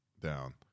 down